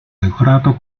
decorato